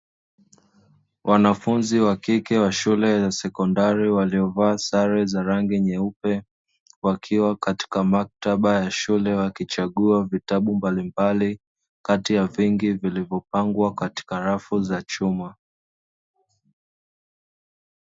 Wanafunzi wa kike wa shule za sekondari waliovaa sare za rangi nyeupe, wakiwa katika maktaba ya shule wakichagua vitabu mbalimbali kati ya vingi vilivyopangwa katika rafu za chuma.